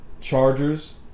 Chargers